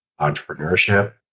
entrepreneurship